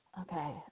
Okay